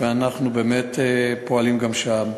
ואנחנו באמת פועלים גם שם.